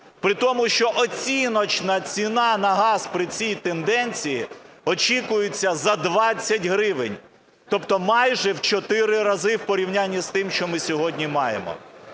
При тому, що оціночна ціна на газ при цій тенденції очікується за 20 гривень, тобто майже в 4 рази в порівнянні з тим, що ми сьогодні маємо.